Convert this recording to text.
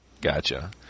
Gotcha